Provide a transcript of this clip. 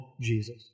Jesus